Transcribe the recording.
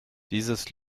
dieses